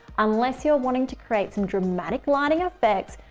unless you're wanting to create some dramatic lighting effects,